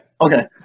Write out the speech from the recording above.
Okay